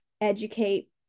educate